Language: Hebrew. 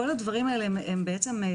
כל הדברים האלה חשובים,